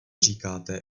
říkáte